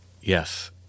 Yes